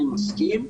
אני מסכים,